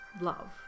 love